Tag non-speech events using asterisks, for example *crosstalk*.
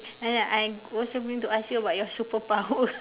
ya I also going to ask you about your superpower *laughs*